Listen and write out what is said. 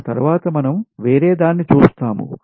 ఆ తర్వాత మనం వేరేదాన్ని చూస్తాము